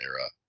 era